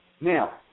Now